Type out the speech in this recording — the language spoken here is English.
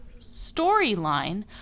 storyline